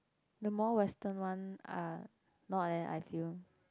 the more Western one are not eh I feel